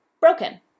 broken